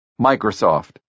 Microsoft